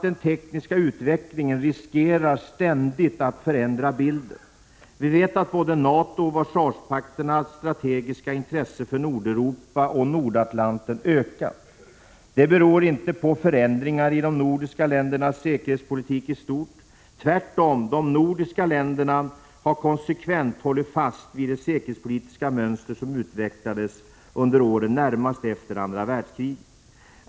Den tekniska utvecklingen riskerar ständigt att förändra bilden. Vi vet att både NATO:s och Warszawapaktens strategiska intresse för Nordeuropa och Nordatlanten har ökat. Det beror inte på förändringar i de nordiska ländernas säkerhetspolitik i stort. De nordiska länderna har tvärtom konsekvent hållit fast vid det säkerhetspolitiska mönster som utvecklades under åren närmast efter andra världskriget.